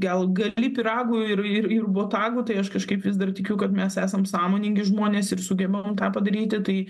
gal gali pyragu ir ir ir botagu tai aš kažkaip vis dar tikiu kad mes esam sąmoningi žmonės ir sugebame tą padaryti tai